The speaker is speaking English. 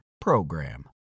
PROGRAM